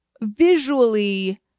visually